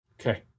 Okay